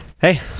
Hey